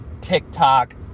tiktok